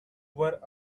were